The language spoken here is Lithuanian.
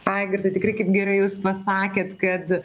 aigirdai tikrai kaip gerai jūs pasakėt kad